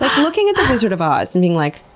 but looking at the wizard of oz and being like,